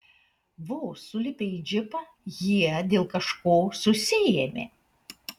vos sulipę į džipą jie dėl kažko susiėmė